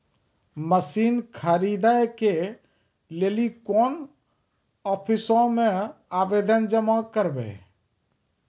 Machine खरीदै के लेली कोन आफिसों मे आवेदन जमा करवै?